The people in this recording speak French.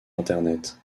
internet